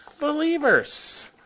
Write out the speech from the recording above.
believers